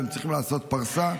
והם צריכים לעשות פרסה,